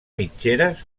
mitgeres